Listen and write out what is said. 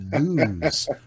lose